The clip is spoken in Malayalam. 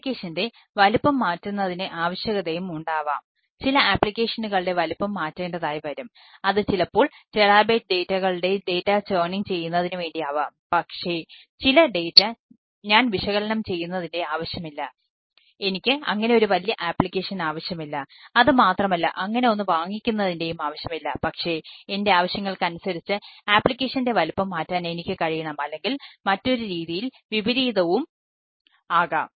ആപ്ലിക്കേഷൻ വലിപ്പം മാറ്റാൻ എനിക്ക് കഴിയണം അല്ലെങ്കിൽ മറ്റൊരു രീതിയിൽ വിപരീതവും ആകാം